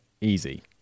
Easy